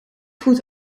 goed